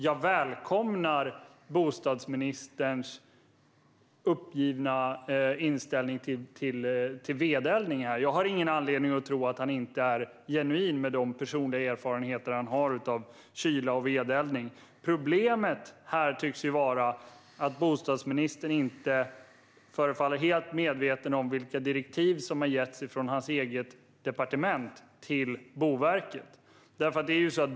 Jag välkomnar bostadsministerns uppgivna inställning till vedeldning. Jag har ingen anledning att tro att han inte är genuin med de personliga erfarenheter han har av kyla och vedeldning. Problemet här tycks vara att bostadsministern inte förefaller helt medveten om vilka direktiv som har getts från hans eget departement till Boverket.